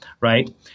right